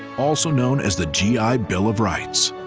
also known as the g i. bill of rights.